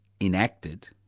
enacted